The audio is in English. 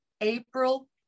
April